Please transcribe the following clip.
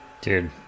Dude